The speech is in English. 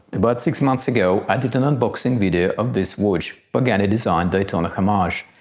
about six months ago i did an unboxing video of this watch pagani design daytona homage.